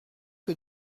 que